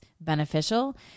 beneficial